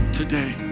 today